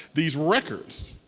these records.